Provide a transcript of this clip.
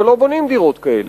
אבל לא בונים דירות כאלה.